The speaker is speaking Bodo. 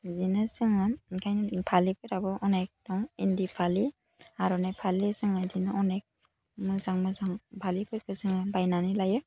बिदिनो जोङो ओंखायनो फालिफोराबो अनेक दं इन्दि फालि आर'नाइ फालि जोङो बिदिनो अनेक मोजां मोजां फालिफोरखौ जोङो बायनानै लायो